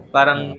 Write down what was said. Parang